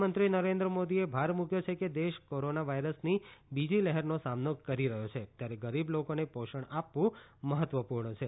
પ્રધાનમંત્રી નરેન્દ્ર મોદીએ ભાર મૂક્યો છે કે દેશ કોરોના વાયરસની બીજી લહેરનો સામનો કરી રહ્યો છે ત્યારે ગરીબ લોકોને પોષણ આપવું મહત્વપૂર્ણ છે